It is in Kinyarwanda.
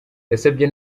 yasabye